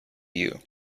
you